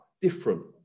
different